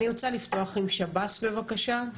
אני רוצה לפתוח עם שב"ס בבקשה,